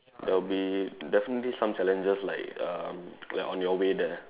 there will be definitely some challenges like um like on your way there